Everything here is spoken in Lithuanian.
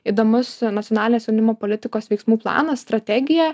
įdomus nacionalinės jaunimo politikos veiksmų planas strategija